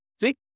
See